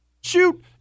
Shoot